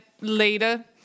later